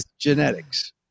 Genetics